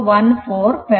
0014 farad ಇದೆ